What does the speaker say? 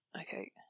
okay